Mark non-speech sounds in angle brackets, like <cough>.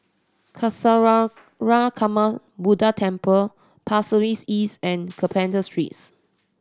<unintelligible> Buddha Temple Pasir Ris East and Carpenter Streets